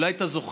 אולי אתה זוכר,